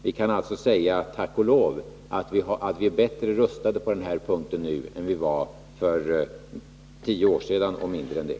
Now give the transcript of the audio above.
Vi kan alltså säga: Tack och lov att vi är bättre rustade på den här punkten än vi var för tio år sedan och mindre än det.